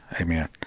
Amen